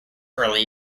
early